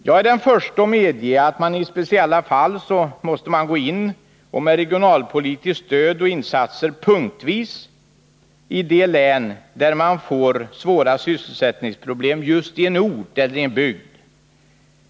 Jag är den förste att medge att man i speciella fall måste gå in med regionalpolitiskt stöd och punktvisa insatser i de län som får sysselsättningsproblem i enstaka orter och bygder.